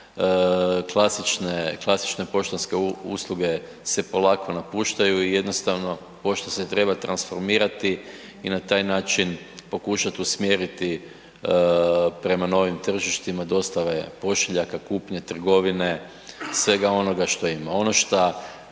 klasične poštanske usluge se polako napuštaju i jednostavno pošta se treba transformirati i na taj način pokušati usmjeriti prema novim tržištima, dostava je pošiljaka, kupnja trgovine svega onoga što ima.